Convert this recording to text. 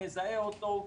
מזהה אותו,